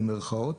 במרכאות,